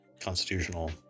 constitutional